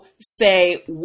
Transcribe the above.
say